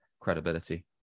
credibility